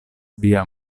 via